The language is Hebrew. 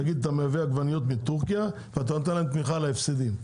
נניח את המייבא עגבניות מטורקיה ואתה נותן להם תמיכה על ההפסדים.